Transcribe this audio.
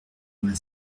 vingt